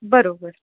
बरोबर